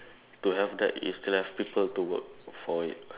to have that you still have people to work for it